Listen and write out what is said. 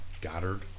Goddard